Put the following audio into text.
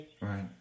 Right